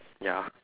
ya